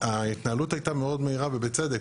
ההתנהלות הייתה מאוד מהירה ובצדק.